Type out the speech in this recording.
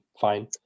fine